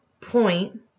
point